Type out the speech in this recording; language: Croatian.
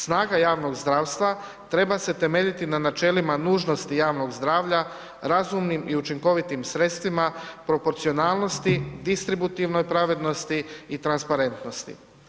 Snaga javnog zdravstva treba se temeljiti na načelima nužnosti javnog zdravlja, razumnim i učinkovitim sredstvima, proporcionalnosti, distributivnoj pravednosti i transparentnosti.